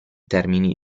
termini